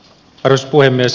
arvoisa puhemies